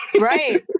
right